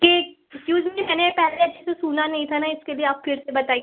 cake excuse me मैंने पहले अच्छे से सुना नहीं था न इसके लिए आप फिर से बताइ